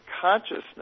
consciousness